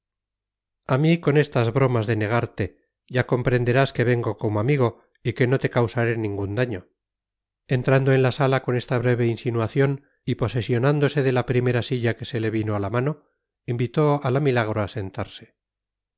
a mí con estas bromas de negarte ya comprenderás que vengo como amigo y que no te causaré ningún daño entrando en la sala con esta breve insinuación y posesionándose de la primera silla que se le vino a mano invitó a la milagro a sentarse